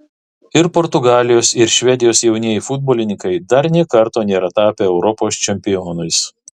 ir portugalijos ir švedijos jaunieji futbolininkai dar nė karto nėra tapę europos čempionais